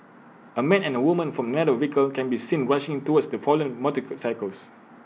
A man and A woman from another vehicle can be seen rushing towards the fallen cycles